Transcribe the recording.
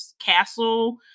castle